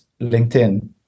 LinkedIn